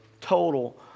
total